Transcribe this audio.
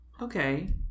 Okay